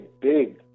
big